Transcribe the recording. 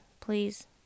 Please